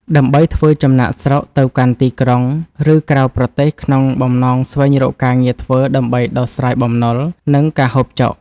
ដើម្បីធ្វើចំណាកស្រុកទៅកាន់ទីក្រុង ឬក្រៅប្រទេសក្នុងបំណងស្វែងរកការងារធ្វើដើម្បីដោះស្រាយបំណុល និងការហូបចុក។